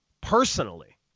personally